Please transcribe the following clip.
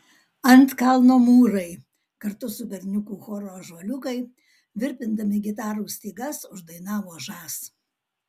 ant kalno mūrai kartu su berniukų choru ąžuoliukai virpindami gitarų stygas uždainavo žas